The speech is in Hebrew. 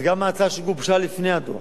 אז גם ההצעה שגובשה לפני הדוח